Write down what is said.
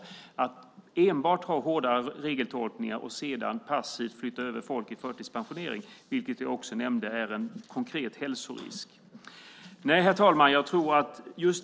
Det handlade om att enbart ha hårdare regeltolkningar och sedan passivt flytta över folk till förtidspensionering, vilket jag också nämnde är en konkret hälsorisk. Herr talman!